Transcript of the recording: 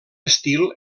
estil